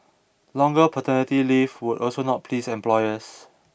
longer paternity leave would also not please employers